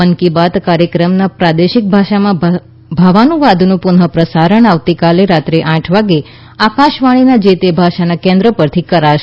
મન કી બાત કાર્યક્રમના પ્રાદેશિક ભાષામાં ભાવાનુવાદનું પુનઃપ્રસારણ આવતીકાલે રાત્રે આઠ વાગે આકાશવાણીના જે તે ભાષાના કેન્દ્રો પરથી કરાશે